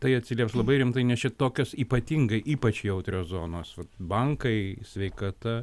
tai atsilieps labai rimtai nes čia tokios ypatingai ypač jautrios zonos bankai sveikata